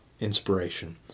inspiration